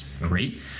Great